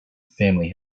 family